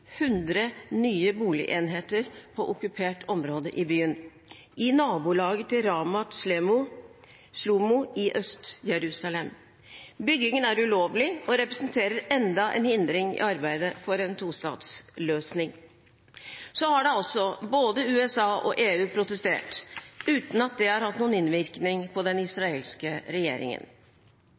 nye boligenheter på okkupert område i byen – i nabolaget til Ramat Shlomo i Øst-Jerusalem. Byggingen er ulovlig og representerer enda en hindring i arbeidet for en tostatsløsning. Så har da også både USA og EU protestert, uten at det har hatt noen innvirkning på den israelske regjeringen.